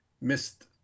missed